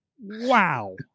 Wow